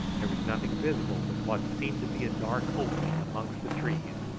there was nothing visible but what seemed to be a dark opening amongst the trees,